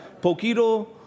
Poquito